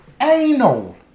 anal